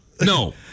No